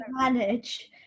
manage